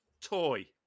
Toy